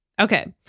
Okay